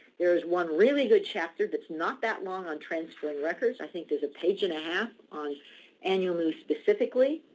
there's one really good chapter that's not that long on transfer and records. i think there's a page and a half on annual move specifically.